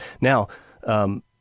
Now